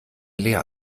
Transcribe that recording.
leer